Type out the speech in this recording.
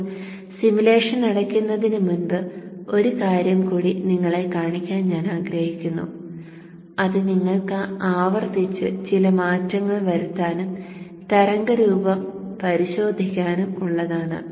ഇപ്പോൾ സിമുലേഷൻ അടയ്ക്കുന്നതിന് മുമ്പ് ഒരു കാര്യം കൂടി നിങ്ങളെ കാണിക്കാൻ ഞാൻ ആഗ്രഹിക്കുന്നു അത് നിങ്ങൾക്ക് ആവർത്തിച്ച് ചില മാറ്റങ്ങൾ വരുത്താനും തരംഗരൂപം പരിശോധിക്കാനും ഉള്ളതാണ്